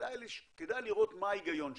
כדאי לראות מה ההיגיון שלהם.